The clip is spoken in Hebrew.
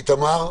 איתמר.